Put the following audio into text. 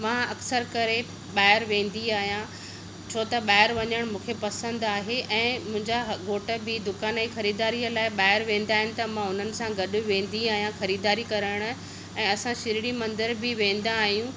मां अक्सर करे ॿाहिरि वेंदी आहियां छो त ॿाहिरि वञणु मूंखे पसंदि आहे ऐं मुंहिंजा घोट बि दुकान जी खरीदारीअ लाइ ॿाहिरि वेंदा आहिनि त मां हुननि सा गॾु वेंदी आहियां ख़रीदारी करणु ऐं असां शिरडी मंदर बि वेंदा आहियूं